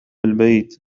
البيت